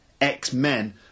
X-Men